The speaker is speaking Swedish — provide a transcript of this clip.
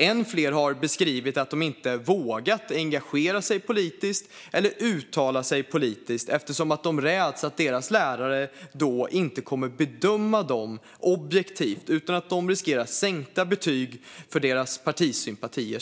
Än fler har beskrivit att de inte vågat engagera sig politiskt eller uttala sig politiskt eftersom de räds att deras lärare då inte kommer att bedöma dem objektivt och att de riskerar sänkta betyg på grund av sina partisympatier.